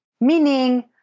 meaning